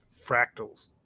fractals